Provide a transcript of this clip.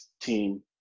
team